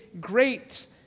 great